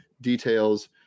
details